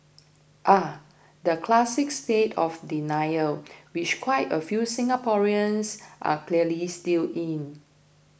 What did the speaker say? the classic state of denial which quite a few Singaporeans are clearly still in